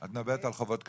את מדברת על חובות קטנים?